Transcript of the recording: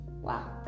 wow